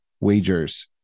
Wagers